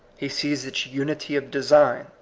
he sees its unity of design.